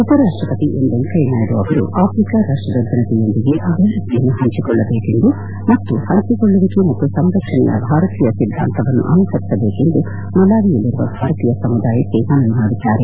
ಉಪರಾಷ್ಟಪತಿ ಎಂ ವೆಂಕಯ್ಕನಾಯ್ವ ಅವರು ಅಭಿವೃದ್ಧಿಯನ್ನು ಆಫ್ರಿಕಾ ರಾಷ್ಟದ ಜನತೆಯೊಂದಿಗೆ ಹಂಚಿಕೊಳ್ಳಬೇಕೆಂದು ಮತ್ತು ಹಂಚಿಕೊಳ್ಳುವಿಕೆ ಮತ್ತು ಸಂರಕ್ಷಣೆಯ ಭಾರತೀಯ ಸಿದ್ಧಾಂತವನ್ನು ಅನುಸರಿಸಬೇಕೆಂದು ಮಲಾವಿಯಲ್ಲಿರುವ ಭಾರತೀಯ ಸಮುದಾಯಕ್ಕೆ ಮನವಿ ಮಾಡಿದ್ದಾರೆ